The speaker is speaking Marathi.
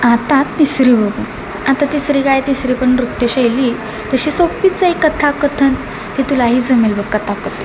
आता तिसरी बघू आता तिसरी काय तिसरी पण नृत्यशैली तशी सोपीच आहे कथाकथन ते तुलाही जमेल बघ कथाकथन